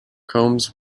combs